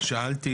שאלתי